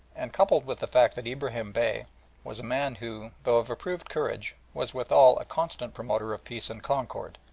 and, coupled with the fact that ibrahim bey was a man who, though of approved courage, was withal a constant promoter of peace and concord,